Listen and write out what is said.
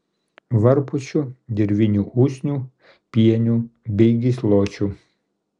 varpučių dirvinių usnių pienių bei gysločių